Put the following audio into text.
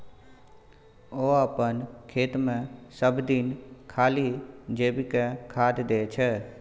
ओ अपन खेतमे सभदिन खाली जैविके खाद दै छै